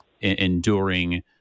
enduring